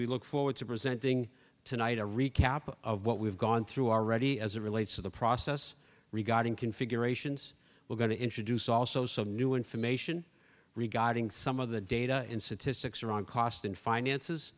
we look forward to presenting tonight a recap of what we've gone through are ready as it relates to the process regarding configurations we're going to introduce also some new information regarding some of the data and statistics around cost and finances